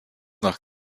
nach